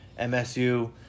MSU